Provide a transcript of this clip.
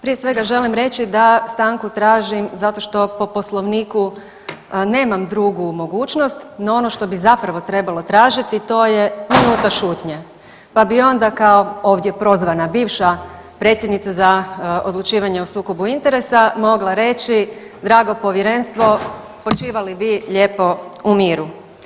Prije svega želim reći da stanku tražim zato što po Poslovniku nemam drugu mogućnost, no ono što bi zapravo trebalo tražiti to je minuta šutnje, pa bi onda kao ovdje prozvana bivša predsjednica za odlučivanje o sukobu interesa mogla reći, drago povjerenstvo počivali vi lijepo u miru.